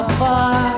far